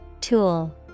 Tool